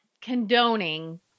condoning